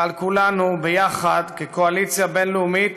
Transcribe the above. ועל כולנו יחד, כקואליציה בין-לאומית,